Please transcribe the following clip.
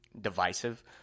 divisive